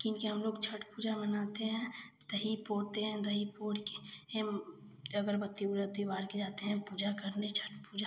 कीन के हम लोग छठ पूजा मनाते हैं दही पोड़ते हैं दही पोड़ के अगरबत्ती उगरबत्ती बार के आते हैं पूजा करने जाते हैं छठ पूजा